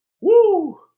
Woo